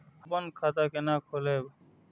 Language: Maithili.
हम अपन खाता केना खोलैब?